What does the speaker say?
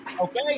okay